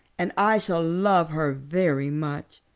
and i shall love her very much.